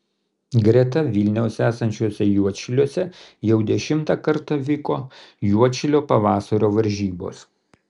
greta vilniaus esančiuose juodšiliuose jau dešimtą kartą vyko juodšilių pavasario varžybos